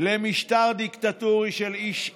למשטר דיקטטורי של איש אחד,